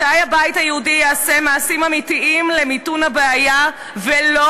מתי הבית היהודי יעשה מעשים אמיתיים למיתון הבעיה ולא